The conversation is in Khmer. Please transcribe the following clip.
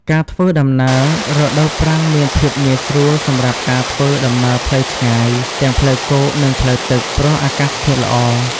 ការធ្វើដំណើរ រដូវប្រាំងមានភាពងាយស្រួលសម្រាប់ការធ្វើដំណើរផ្លូវឆ្ងាយ ទាំងផ្លូវគោក និងផ្លូវទឹក ព្រោះអាកាសធាតុល្អ។